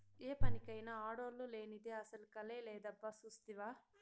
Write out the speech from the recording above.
ఏ పనికైనా ఆడోల్లు లేనిదే అసల కళే లేదబ్బా సూస్తివా